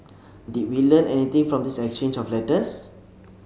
did we learn anything from this exchange of letters